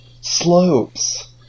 slopes